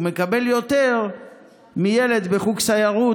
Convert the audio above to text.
הוא מקבל יותר מילד בחוג סיירות,